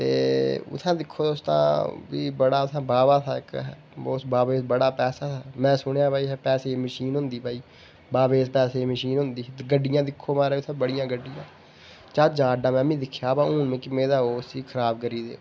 ते उत्थें दिक्खो तुस तां उत्थें बड़ा बाबा हा इक्क उस बाबे कश बड़ा पैसा हा में सुनेआ पैसें दी मशीन होंदी भाई बाबे कश पैसें दी मशीन होंदी ही गड्डियां दिक्खो म्हाराज उत्थै बड़ियां गड्डियां ज्हाज अड्डा में बी दिक्खेआ बाऽ मिगी लगदा उसी खराब करी गेदे